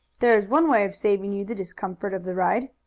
there is one way of saving you the discomfort of the ride.